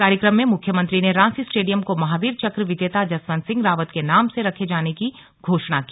कार्यक्रम में मुख्यमंत्री ने रांसी स्टेडियम को महावीर चक्र विजेता जसवन्त सिंह रावत के नाम से रखे जाने की घोषणा की